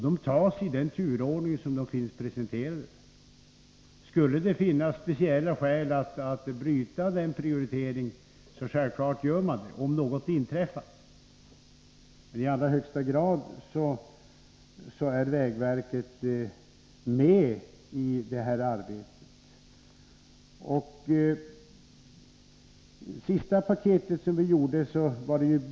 De tas i den turordning som de finns presenterade. Skulle det föreligga speciella skäl att bryta den prioriteringen, gör man självfallet det, men vägverket är alltså i allra högsta grad med i detta arbete.